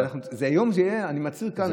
אז אני מצהיר כאן,